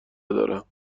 دارم